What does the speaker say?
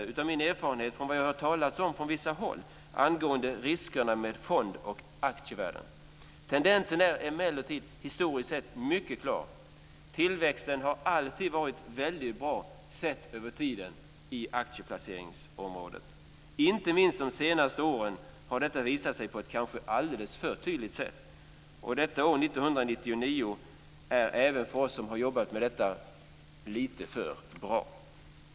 Det här är min erfarenhet, och det är vad jag har hört talas om från vissa håll angående riskerna med fond och aktievärlden. Tendensen är historiskt sett mycket klar. Tillväxten har alltid varit väldigt bra sett över tiden på aktieplaceringsområdet. Inte minst de senaste åren har detta visat sig på ett kanske alldeles för tydligt sätt. Detta år - 1999 - är även för oss som har jobbat med detta lite för bra.